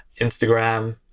Instagram